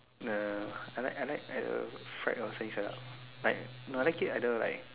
no I like I like either fried or sunny side up like no I like it either like